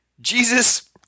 Jesus